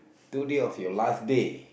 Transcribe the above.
today of your last day